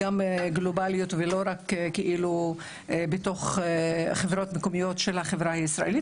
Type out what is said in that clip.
גם גלובליות ולא רק בתוך חברות מקומיות של החברה הישראלית,